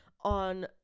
on